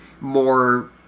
more